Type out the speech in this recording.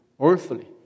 earthly